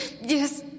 yes